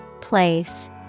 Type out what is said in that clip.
Place